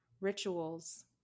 rituals